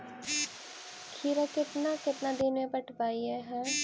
खिरा केतना केतना दिन में पटैबए है?